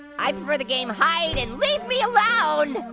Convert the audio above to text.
i prefer the game hide and leave me alone.